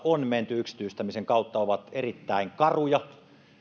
on menty yksityistämisen kautta ovat erittäin karuja